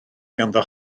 ganddo